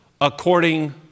according